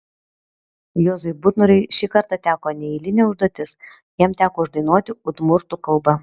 juozui butnoriui šį kartą teko neeilinė užduotis jam teko uždainuoti udmurtų kalba